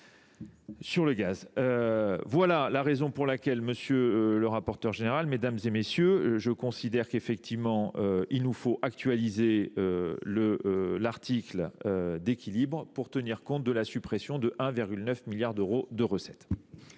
Sur le gaz. Voilà la raison pour laquelle, monsieur le rapporteur général, mesdames et messieurs, je considère qu'effectivement il nous faut actualiser l'article d'équilibre pour tenir compte de la suppression de 1,9 milliard d'euros de recettes.